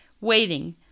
waiting